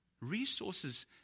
Resources